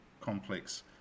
complex